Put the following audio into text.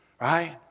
Right